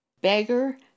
Beggar